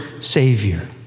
Savior